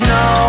no